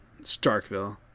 Starkville